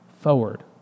forward